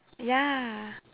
ya